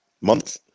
month